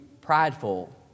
prideful